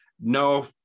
no